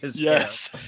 Yes